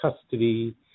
custody